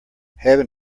heaven